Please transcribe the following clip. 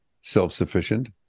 self-sufficient